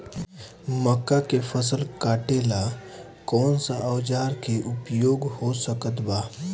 मक्का के फसल कटेला कौन सा औजार के उपयोग हो सकत बा?